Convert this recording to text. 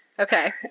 Okay